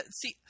see